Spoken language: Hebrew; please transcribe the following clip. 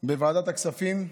בוועדת הכספים.